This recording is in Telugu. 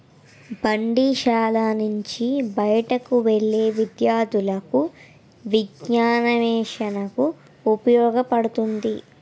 బడిశాల నుంచి బయటకు వెళ్లే విద్యార్థులకు విజ్ఞానాన్వేషణకు ఉపయోగపడుతుంది